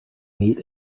meet